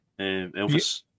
Elvis